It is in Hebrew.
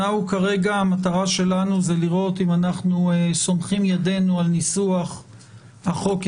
המטרה שלנו היא לראות האם אנחנו סומכים ידינו על ניסוח הצעת